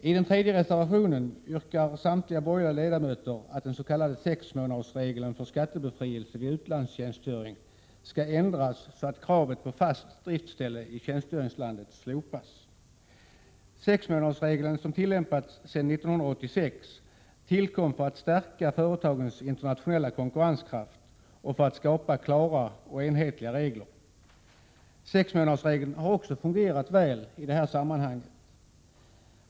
I reservation 3 yrkar samtliga borgerliga ledamöter att den s.k. sexmånadersregeln för skattebefrielse vid utlandstjänstgöring skall ändras så, att kravet på fast driftställe i tjänstgöringslandet slopas. Sexmånadersregeln, som tillämpas sedan 1986, tillkom för att stärka företagens internationella konkurrenskraft och för att skapa klara och enhetliga regler. Sexmånadersregeln har också fungerat väl i det sammanhanget.